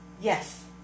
yes